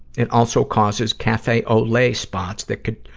it also causes cafe au lait spots that could,